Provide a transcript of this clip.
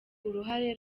uruhare